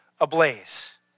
ablaze